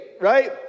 right